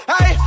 Hey